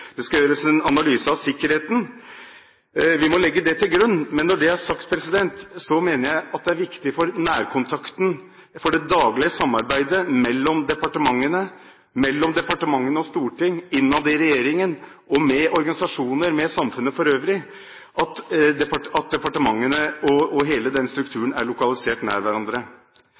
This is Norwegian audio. Det skal gjøres en analyse av sikkerheten. Vi må legge det til grunn. Men når det er sagt, mener jeg det er viktig for nærkontakten – det daglige samarbeidet mellom departementene, mellom departementene og Stortinget, innad i regjeringen, med organisasjoner og med samfunnet for øvrig – at departementene, hele den strukturen, er lokalisert nær hverandre.